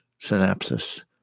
synapses